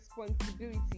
responsibility